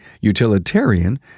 utilitarian